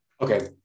Okay